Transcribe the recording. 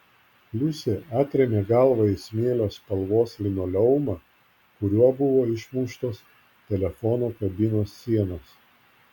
liusė atrėmė galvą į smėlio spalvos linoleumą kuriuo buvo išmuštos telefono kabinos sienos